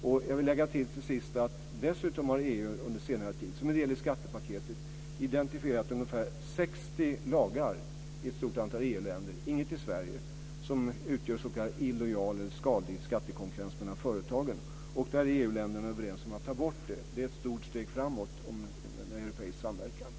Till sist vill jag lägga till att EU dessutom under senare tid har, som när det gäller skattepaketet, identifierat ungefär 60 lagar i ett stort antal EU-länder - men ingen i Sverige - som utgör s.k. illojal eller skadlig skattekonkurrens mellan företagen. EU länderna är överens om att ta bort detta. Det är ett stort steg framåt när det gäller europeisk samverkan.